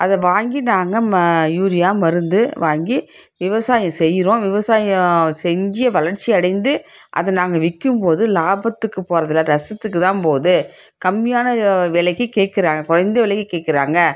அதை வாங்கி நாங்கள் ம யூரியா மருந்து வாங்கி விவசாயம் செய்கிறோம் விவசாயம் செஞ்சு வளர்ச்சி அடைந்து அதை நாங்கள் விற்கிம்போது லாபத்துக்கு போகிறதில்ல நஷ்டத்துக்குத்தான் போது கம்மியான விலைக்கி கேட்குறாங்க குறைந்த விலைக்கி கேட்குறாங்க